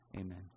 Amen